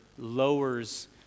lowers